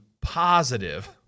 positive